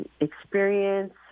experience